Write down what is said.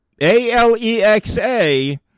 A-L-E-X-A